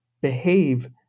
behave